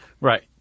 Right